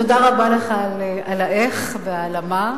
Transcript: תודה רבה לך על האיך ועל המה.